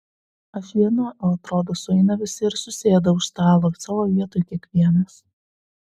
aš viena o atrodo sueina visi ir susėda už stalo savo vietoj kiekvienas